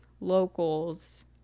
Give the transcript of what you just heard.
locals